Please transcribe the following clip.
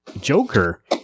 joker